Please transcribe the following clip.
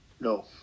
no